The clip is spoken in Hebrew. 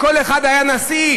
לכל אחד היה נשיא.